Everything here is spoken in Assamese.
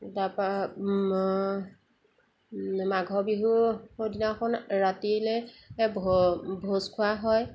তাৰপৰা মাঘৰ বিহু দিনাখন ৰাতিলৈ ভোজ খোৱা হয়